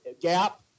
Gap